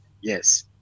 Yes